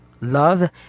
Love